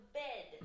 bed